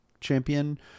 champion